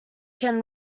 can